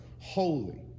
holy